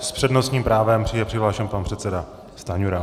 S přednostním právem je přihlášen pan předseda Stanjura.